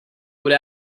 would